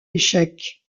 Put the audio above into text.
échec